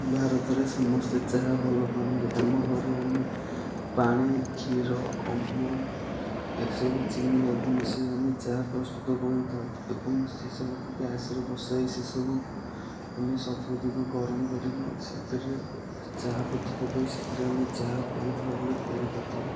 ଭାରତରେ ସମସ୍ତେ ଚାହା ଭଲ ପାଆନ୍ତି ଆମ ଘରେ ଆମେ ପାଣି କ୍ଷୀର ଅମୁଲ ଏସବୁ ଚିନି ଆଦି ମିଶେଇ ଆମେ ଚାହା ପ୍ରସ୍ତୁତ କରିଥାଉ ଏବଂ ସେ ସବୁକୁ ଗ୍ୟାସରେ ବସେଇ ସେସବୁ ଆମେ ସବୁତକ ଗରମ କରିକି ସେଥିରେ ଚାହା ପତି ପକେଇ ସେଥିରେ ଆମେ ଚାହା ବହୁତ ଭାବରେ ତିଆରି କରିଥାଉ